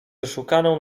wyszukaną